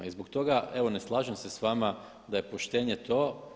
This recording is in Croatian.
I zbog toga, evo ne slažem se sa vama da je poštenje to.